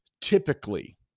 typically